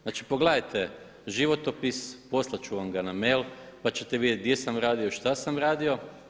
Znači pogledajte životopis, poslat ću vam ga na mail pa ćete vidjeti di sam radio, šta sam radio.